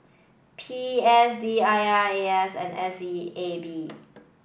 P S D I R A S and S E A B